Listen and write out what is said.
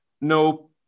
no